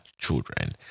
children